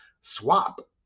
swap